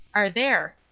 are there.